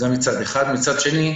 מצד שני,